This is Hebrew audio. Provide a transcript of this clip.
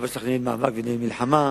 אבא שלך ניהל מאבק וניהל מלחמה,